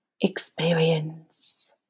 experience